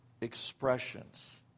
expressions